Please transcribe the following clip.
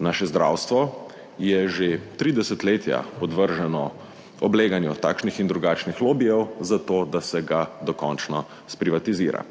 Naše zdravstvo je že tri desetletja podvrženo obleganju takšnih in drugačnih lobijev, zato da se ga dokončno sprivatizira.